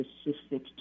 specific